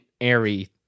airy